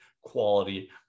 quality